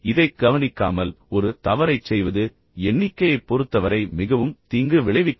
இதைக் கவனிக்காமல் ஒரு தவறைச் செய்வது எண்ணிக்கையைப் பொறுத்தவரை மிகவும் தீங்கு விளைவிக்கும்